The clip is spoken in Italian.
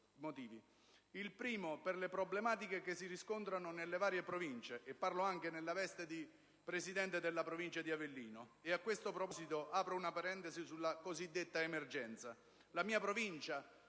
Il primo, per le problematiche che si riscontrano nelle varie Province, e parlo anche nella veste di presidente della Provincia di Avellino. A questo proposito apro una parentesi sulla cosiddetta emergenza: